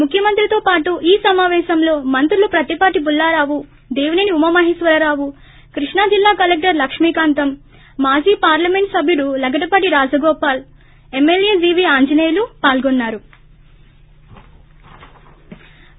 ముఖ్యమంత్రితో పాటు ఈ సమాపేశంలో మంత్రులు ప్రత్తిపాటి పుల్లారావు దేవిసేని ఉమామహేశ్వరరావు కృష్ణా జిల్లా కలెక్టర్ లక్ష్మీకాంతం మాజీ పార్లమెంట్ సభ్యుడు లగడపాటి రాజగోపాల్ ఎమ్మెల్చే జీవీ ఆంజనేయులు పాల్గొన్సారు